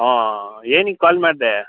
ಹಾಂ ಏನಿಕ್ಕೆ ಕಾಲ್ ಮಾಡಿದೆ